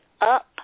up